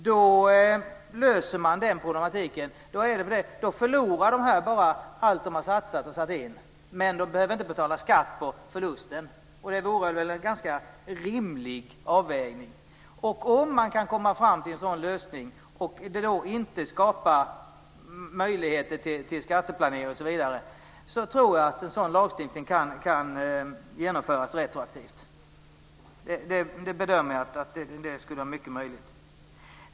Då löser man den problematiken, och då förlorar de här bara allt de har satsat och satt in, men de behöver inte betala skatt på förlusten. Det vore väl en ganska rimlig avvägning. Om man kan komma fram till en sådan lösning och om det då inte skapas möjligheter till skatteplanering osv., tror jag att en sådan lagstiftning kan genomföras retroaktivt. Det bedömer jag som fullt möjligt.